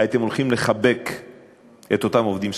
הייתם הולכים לחבק את אותם עובדים סוציאליים.